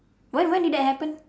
when when did that happen